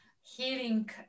healing